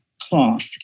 cloth